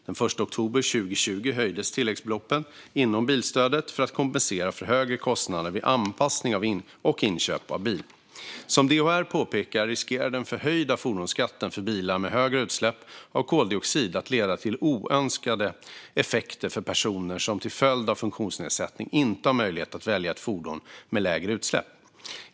Den 1 oktober 2020 höjdes tilläggsbeloppen inom bilstödet för att kompensera för högre kostnader vid anpassning och inköp av bil. Som DHR påpekar riskerar den förhöjda fordonsskatten för bilar med högre utsläpp av koldioxid att leda till oönskade effekter för personer som till följd av funktionsnedsättning inte har möjlighet att välja ett fordon med lägre utsläpp.